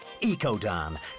EcoDan